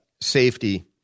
safety